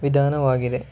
ವಿಧಾನವಾಗಿದೆ